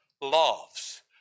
loves